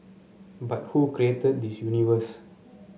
but who created this universe